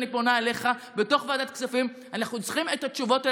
אני פונה אליך: בתוך ועדת הכספים אנחנו צריכים את התשובות.